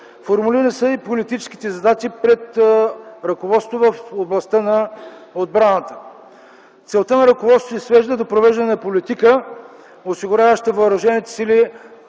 Формулирани са и политическите задачи пред ръководството в областта на отбраната. Целта на ръководството се свежда до провеждане на политика, осигуряваща въоръжените сили